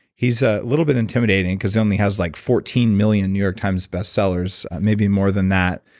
he's a little bit intimidating because he only has like fourteen million new york times best sellers, maybe more than that.